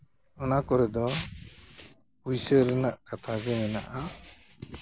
ᱚᱱᱟ ᱠᱚᱨᱮ ᱫᱚ ᱯᱩᱭᱥᱟᱹ ᱨᱮᱱᱟᱜ ᱠᱟᱛᱷᱟ ᱜᱮ ᱢᱮᱱᱟᱜᱼᱟ